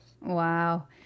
Wow